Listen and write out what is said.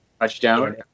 Touchdown